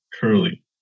curly